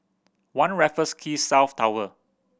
One Raffles Quay South Tower